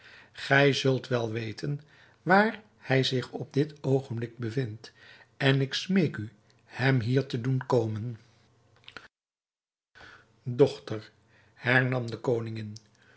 gij zult wel weten waar hij zich op dit oogenblik bevindt en ik smeek u hem hier te doen komen dochter hernam de koningin